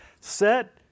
Set